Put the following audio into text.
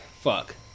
fuck